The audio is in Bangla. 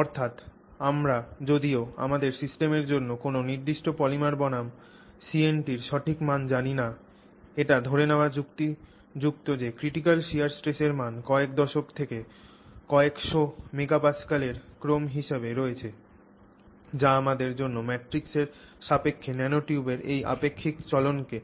অর্থাৎ আমরা যদিও আমাদের সিস্টেমের জন্য কোনও নির্দিষ্ট পলিমার বনাম CNT র সঠিক মান জানি না এটা ধরে নেওয়া যুক্তিযুক্ত যে critical shear stress এর মান কয়েক দশক থেকে কয়েকশ MPa এর ক্রম হিসাবে রয়েছে যা আমাদের জন্য ম্যাট্রিক্সের সাপেক্ষে ন্যানোটিউবের এই আপেক্ষিক চলনকে